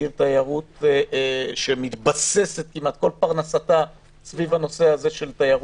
היא עיר תיירות שכמעט כל פרנסתה מתבססת סביב הנושא הזה של תיירות.